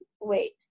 wait